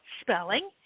spelling